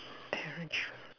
Terence